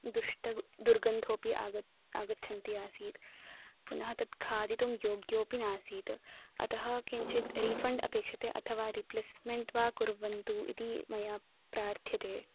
दुष्टः दुर्गन्धोऽपि आग आगच्छन् आसीत् पुनः तत् खादितुं योग्योऽपि नासीत् अतः किञ्चित् रीफ़ण्ड् अपेक्ष्यते अथवा रिप्लेस्मेण्ट् वा कुर्वन्तु इति मया प्रार्थ्यते